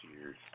years